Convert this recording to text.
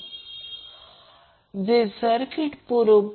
म्हणून V हे V VC असेल जे कॅपेसिटरमधील व्होल्टेज असेल